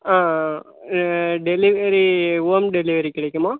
ஆ delivery home delivery கிடைக்குமா